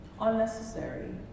unnecessary